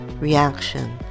Reaction